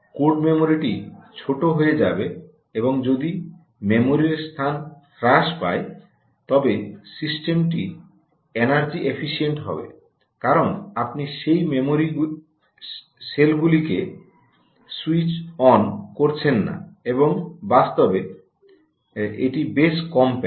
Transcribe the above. code মেমরিটি ছোট হয়ে যাবে এবং যদি মেমোরি স্থান হ্রাস পায় তবে সিস্টেমটি এনার্জি এফিশিয়েন্ট হবে কারণ আপনি সেই মেমরি সেলগুলিকে কে স্যুইচ অন করছেন না এবং বাস্তবে এটি বেশ কমপ্যাক্ট